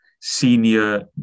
senior